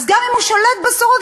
אז גם אם הוא שולט בסוגרים